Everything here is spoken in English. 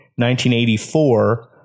1984